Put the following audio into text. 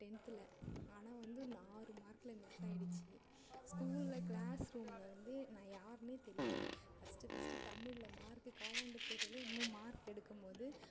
டென்த்தில் ஆனால் வந்து ஆறு மார்க்கில் மிஸ் ஆகிடுச்சு ஸ்கூலில் க்ளாஸ் ரூமில் வந்து நான் யாருனே தெரியாது ஃபஸ்ட்டு ஃபஸ்ட்டு தமிழில் மார்க்கு காலாண்டு தேர்வில் இம்மா மார்க் எடுக்கும்போது